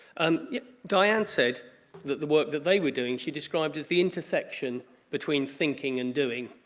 um yeah diane said that the work that they were doing she described as the intersection between thinking and doing.